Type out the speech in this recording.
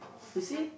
you see